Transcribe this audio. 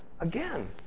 Again